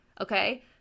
okay